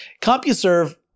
CompuServe